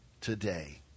today